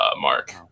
Mark